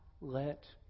let